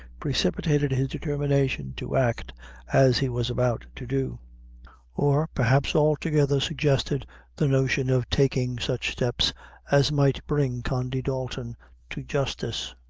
precipitated his determination to act as he was about to do or, perhaps altogether suggested the notion of taking such steps as might bring condy dalton to justice.